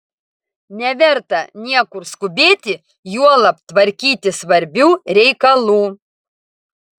neverta niekur skubėti juolab tvarkyti svarbių reikalų